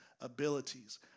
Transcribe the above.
abilities